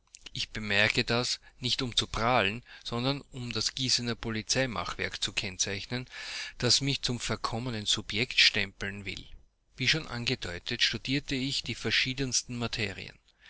ich bemerke das nicht um zu prahlen sondern um das gießener polizeimachwerk zu kennzeichnen das mich zum verkommenen subjekt stempeln will wie schon angedeutet studierte ich die verschiedensten materien